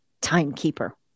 timekeeper